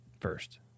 first